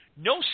no